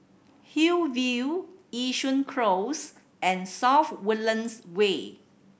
Hillview Yishun Close and South Woodlands Way